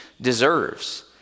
deserves